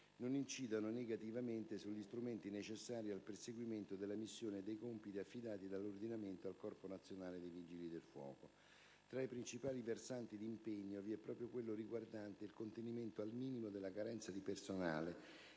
non incidano negativamente sugli strumenti necessari al perseguimento della missione e dei compiti affidati dall'ordinamento al Corpo nazionale dei Vigili del fuoco. Tra i principali versanti di impegno vi è proprio quello riguardante il contenimento al minimo della carenza di personale,